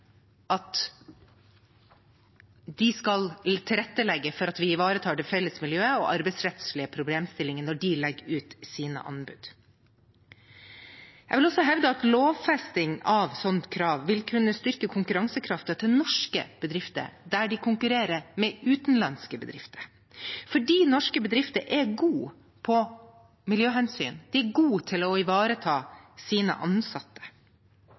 at de skal tilrettelegge for at vi ivaretar det felles miljøet og arbeidsrettslige problemstillinger når de legger ut sine anbud. Jeg vil også hevde at lovfesting av et slikt krav vil kunne styrke konkurransekraften til norske bedrifter der de konkurrerer med utenlandske bedrifter, fordi norske bedrifter er gode på miljøhensyn og gode til å ivareta sine ansatte.